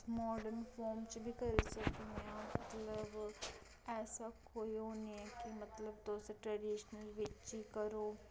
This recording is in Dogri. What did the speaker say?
अस मार्डन फार्म च बी करी सकने आं अस मतलब ऐसा कोई ओह् नी ऐ कि मतलब तुस टर्डीशनल बिच्च गै करो